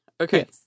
Okay